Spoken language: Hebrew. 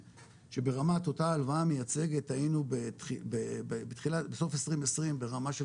שברמת אותה הלוואה מייצגת היינו בסוף 2020 ברמה של